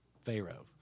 Pharaoh